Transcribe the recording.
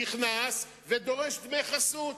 נכנס ודורש דמי חסות,